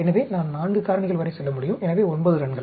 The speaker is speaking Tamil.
எனவே நான் 4 காரணிகள் வரை செல்ல முடியும் எனவே 9 ரன்கள்